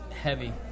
heavy